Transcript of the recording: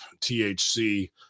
thc